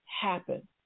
happen